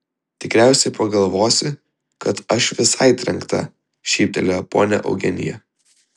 tikriausiai pagalvosi kad aš visai trenkta šyptelėjo ponia eugenija